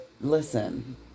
Listen